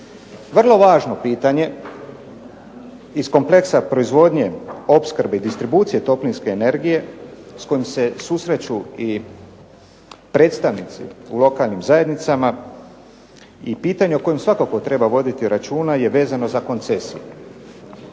Vrlo važno pitanje iz kompleksna proizvodnje, opskrbe i distribucije toplinske energije s kojim se susreću i predstavnici u lokalnim zajednicama i pitanja o kojem svakako treba voditi računa je vezano za koncesiju.